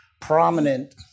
prominent